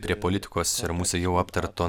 prie politikos ir mūsų jau aptarto